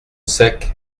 sec